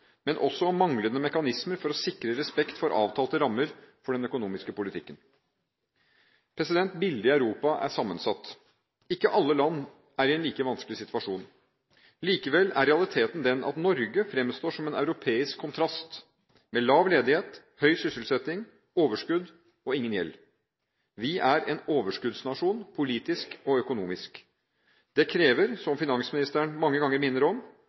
men også om manglende mekanismer for å sikre respekt for avtalte rammer for den økonomiske politikken. Bildet i Europa er sammensatt. Ikke alle land er i en like vanskelig situasjon. Likevel er realiteten den at Norge fremstår som en europeisk kontrast, med lav ledighet, høy sysselsetting, overskudd og ingen gjeld. Vi er en overskuddsnasjon, politisk og økonomisk. Det krever, som finansministeren mange ganger minner om,